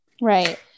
right